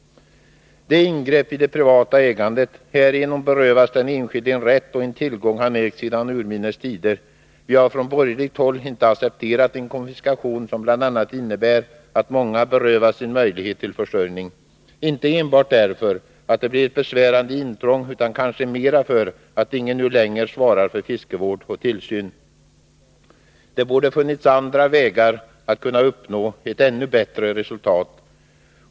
Det är ett ingrepp i privat ägande. Härigenom berövas den enskilde en rättighet och en tillgång som han ägt sedan urminnes tider. Vi har från borgerligt håll inte accepterat en konfiskation som bl.a. innebär att många berövas sin möjlighet till försörjning — inte enbart därför att det blir ett besvärande intrång utan kanske mer därför att ingen nu längre svarar för fiskevården och tillsynen. Det borde ha funnits andra vägar att uppnå ett ännu bättre resultat.